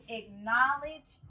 acknowledge